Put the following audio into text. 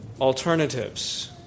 alternatives